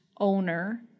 owner